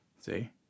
see